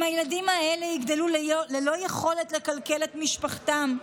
אם הילדים האלה יגדלו ללא יכולת לכלכל את משפחתם,